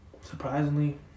Surprisingly